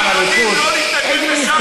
מה הוא מפריע?